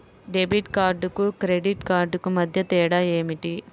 Debit కార్డుకు credit కార్డుకు మధ్య తేడా ఏమిటీ?